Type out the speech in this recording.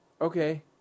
Okay